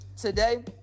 today